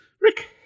Rick